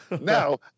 Now